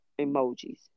emojis